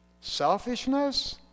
Selfishness